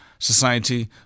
society